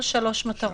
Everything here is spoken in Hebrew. הביטחון.